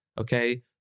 okay